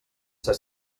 ser